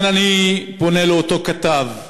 לכן אני פונה לאותו כתב קטן: